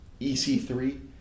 EC3